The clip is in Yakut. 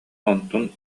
онтун